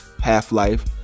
Half-Life